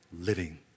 living